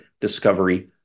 discovery